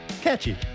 Catchy